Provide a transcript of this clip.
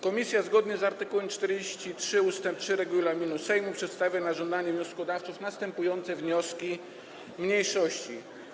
Komisja zgodnie z art. 43 ust. 3 regulaminu Sejmu przedstawia na żądanie wnioskodawców następujące wnioski mniejszości.